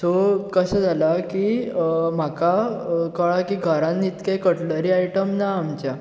so कशें जाला की म्हाका कळ्ळां की घरान इतके कटलरी आयटम ना आमच्या